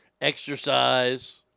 exercise